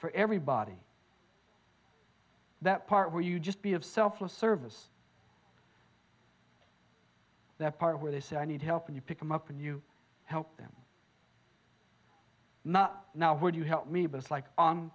for everybody that part where you just be of selfless service that part where they say i need help and you pick them up and you help them not now would you help me but it's like on